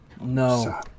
No